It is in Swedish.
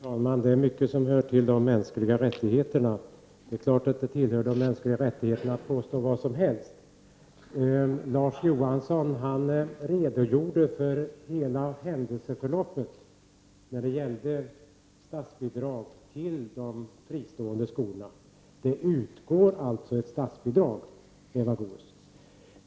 Fru talman! Det är mycket som hör till de mänskliga rättigheterna. Det är klart att det tillhör de mänskliga rättigheterna att påstå vad som helst. Larz Johansson redogjorde för hela händelseförloppet när det gäller statsbidrag till de fristående skolorna. Det utgår statsbidrag till de skolorna, Eva Goéäs!